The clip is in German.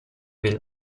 will